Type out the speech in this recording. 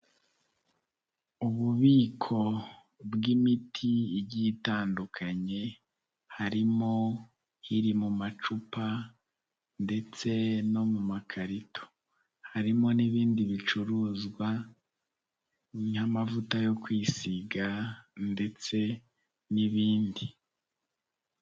Ububiko bw'imiti igiye itandukanye harimo iri mu macupa ndetse no mu makarito, harimo n'ibindi bicuruzwa nk'amavuta yo kwisiga ndetse n'ibindi.